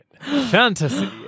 fantasy